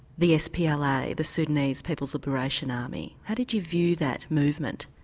the spla, the sudanese people's liberation army? how did you view that movement?